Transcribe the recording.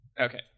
Okay